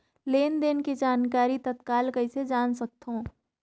लेन देन के जानकारी तत्काल कइसे जान सकथव?